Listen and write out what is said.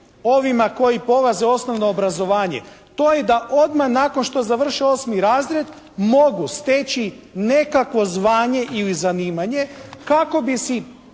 ovima koji polaze osnovno obrazovanje, to je da odmah nakon što završe osmi razred mogu steći nekakvo zvanje ili zanimanje kako bi si